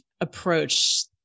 approach